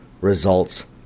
results